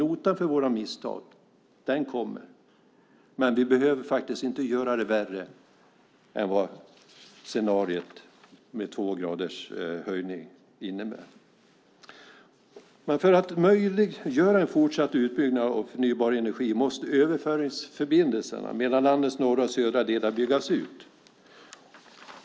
Notan för våra misstag kommer, men vi behöver inte göra det hela värre än vad scenariot med två graders höjning innebär. För att möjliggöra en fortsatt utbyggnad av förnybar energi måste överföringsförbindelserna mellan landets norra och södra delar byggas ut.